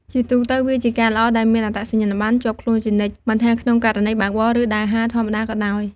ជាទូទៅ វាជាការល្អដែលមានអត្តសញ្ញាណប័ណ្ណជាប់ខ្លួនជានិច្ច មិនថាក្នុងករណីបើកបរ ឬដើរហើរធម្មតាក៏ដោយ។